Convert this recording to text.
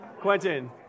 Quentin